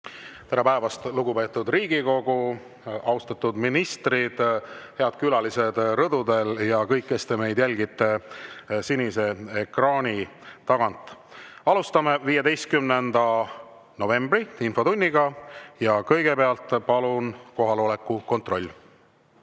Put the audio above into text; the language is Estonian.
Tere päevast, lugupeetud Riigikogu! Austatud ministrid! Head külalised rõdudel ja kõik, kes te meid jälgite sinise ekraani tagant! Alustame 15. novembri infotundi. Kõigepealt kohaloleku kontroll,